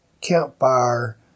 campfire